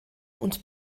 und